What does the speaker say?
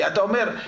אתה אומר,